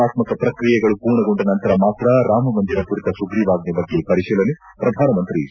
ಕಾನೂನಾತ್ಸಕ ಪ್ರಕ್ರಿಯೆಗಳು ಪೂರ್ಣಗೊಂಡ ನಂತರ ಮಾತ್ರ ರಾಮಮಂದಿರ ಕುರಿತ ಸುಗ್ರಿವಾಜ್ಞೆ ಬಗ್ಗೆ ಪರಿಶೀಲನೆ ಪ್ರಧಾನಮಂತ್ರಿ ಸ್ಪಷ್ಟನೆ